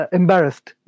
embarrassed